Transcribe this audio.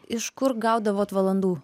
iš kur gaudavot valandų